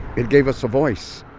it gave us a voice,